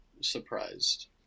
surprised